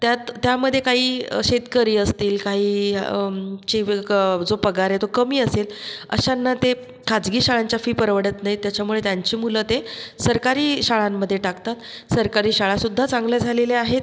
त्यात त्यामध्ये काही शेतकरी असतील काही चे विलकं जो पगार आहे तो कमी असेल अशांना ते खाजगी शाळांच्या फी परवडत नाही त्याच्यामुळे त्यांची मुलं ते सरकारी शाळांमध्ये टाकतात सरकारी शाळासुद्धा चांगल्या झालेल्या आहेत